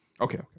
Okay